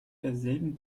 derselben